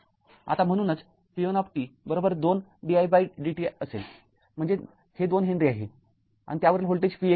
आता म्हणूनच v१ २ didt असेल म्हणजे हे २ हेनरी आहे आणि त्यावरील व्होल्टेज V१ असेल